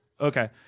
Okay